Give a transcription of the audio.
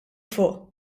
fuq